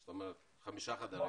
כלומר 5 חדרים